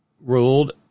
ruled